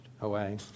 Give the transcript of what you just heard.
away